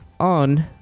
On